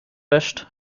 wäscht